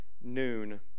noon